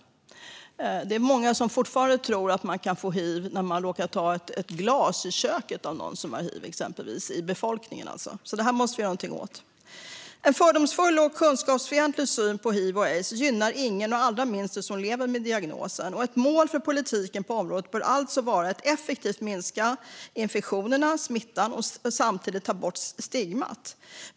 Det är många i befolkningen som fortfarande tror att man kan få hiv när man råkar ta ett glas i köket av någon som har hiv, exempelvis. Det här måste vi göra någonting åt. En fördomsfull och kunskapsfientlig syn på hiv och aids gynnar ingen, allra minst dem som lever med diagnosen. Ett mål för politiken på området bör alltså vara att effektivt minska infektionerna och smittan och samtidigt ta bort stigmat.